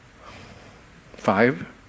Five